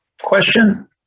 question